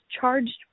charged